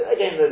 Again